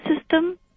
system